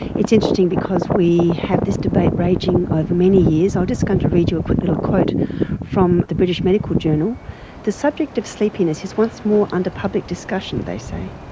it's interesting because we have this debate raging over many years. i'm just going to read you a quick little quote from the british medical journal the subject of sleepiness is once more under public discussion they say.